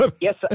Yes